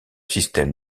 système